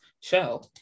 show